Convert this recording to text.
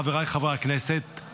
חבריי חברי הכנסת,